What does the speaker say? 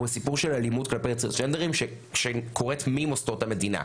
הוא הסיפור של אלימות כלפי הטרנסג'נדרים שקורית ממוסדות המדינה,